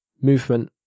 movement